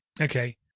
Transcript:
Okay